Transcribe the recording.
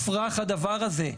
הדבר הזה מופרך.